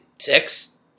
six